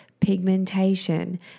pigmentation